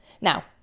Now